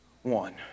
One